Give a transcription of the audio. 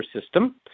system